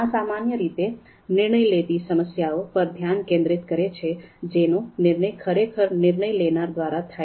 આ સામાન્ય રીતે નિર્ણય લેતી સમસ્યાઓ પર ધ્યાન કેન્દ્રિત કરે છે જેનો નિર્ણય ખરેખર નિર્ણય લેનાર દ્વારા થાય છે